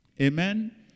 Amen